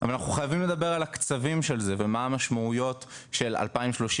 אבל אנחנו חייבים לדבר על הקצוות של זה ומה המשמעויות של 2030,